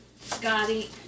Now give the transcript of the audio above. Scotty